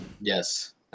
Yes